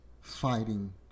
fighting